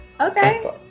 okay